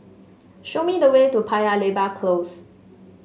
show me the way to Paya Lebar Close